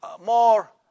more